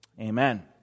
Amen